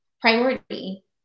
priority